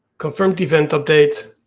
confirmed event update,